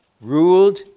Ruled